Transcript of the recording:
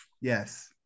Yes